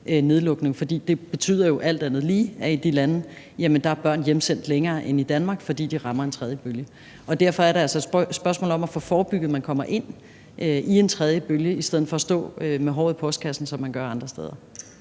nedlukning. For det betyder jo alt andet lige, at børn i de lande er hjemsendt længere end i Danmark, fordi de rammer en tredje bølge. Derfor er det altså et spørgsmål om at få forebygget, at man kommer ind i en tredje bølge, i stedet for at stå med håret i postkassen, som man gør andre steder.